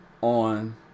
on